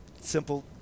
simple